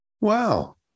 Wow